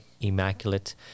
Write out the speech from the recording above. immaculate